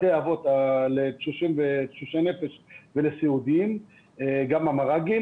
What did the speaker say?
בתי אבות לתשושי נפש ולסיעודיים, גם המרכזים